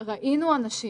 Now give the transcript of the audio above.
ראינו אנשים.